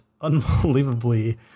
unbelievably